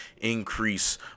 increase